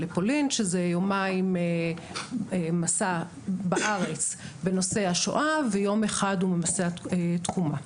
לפולין שזה יומיים מסע בארץ בנושא השואה ויום אחד בנושא התקומה.